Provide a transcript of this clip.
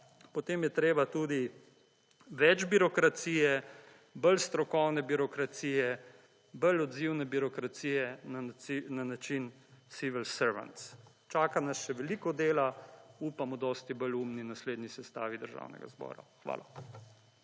potem je treba tudi več birokracije, bolj strokovne birokracije, bolj odzivne birokracije na način silver servance. Čaka nas še veliko dela, upamo dosti bolj umni v naslednji sestavi Državnega zbora. Hvala.